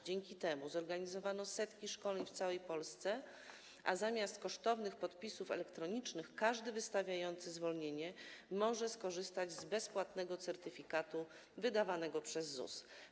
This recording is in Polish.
Dzięki temu zorganizowano setki szkoleń w całej Polsce, a zamiast kosztownych podpisów elektronicznych każdy wystawiający zwolnienie może skorzystać z bezpłatnego certyfikatu wydawanego przez ZUS.